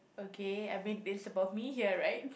okay I mean it's about me here right